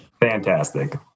Fantastic